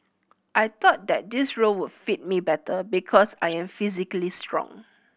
I thought that this role would fit me better because I am physically strong